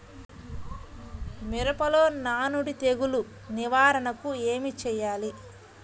మిరపలో నానుడి తెగులు నివారణకు ఏమి చేయాలి?